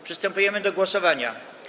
Przystępujemy do głosowania.